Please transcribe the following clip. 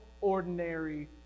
ordinary